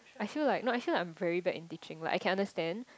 I feel like no I feel like I'm very bad in teaching like I can understand